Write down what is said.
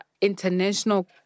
international